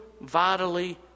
vitally